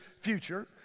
future